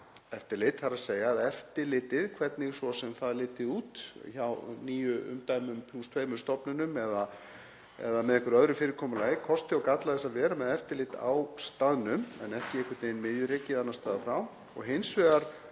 eftirlit, þ.e. að eftirlitið, hvernig svo sem það liti út hjá nýjum umdæmum plús tveimur stofnunum eða með einhverju öðru fyrirkomulagi, kosti og galla þess að vera með eftirlit á staðnum en ekki einhvern veginn miðjurekið annars staðar frá. Hins vegar